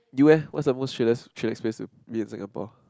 you eh what's the most chillest chillax place to be in Singapore